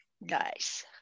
Nice